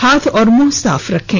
हाथ और मुंह साफ रखें